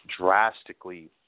drastically